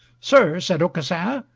sir, said aucassin,